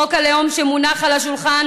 חוק הלאום שמונח על השולחן,